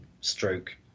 stroke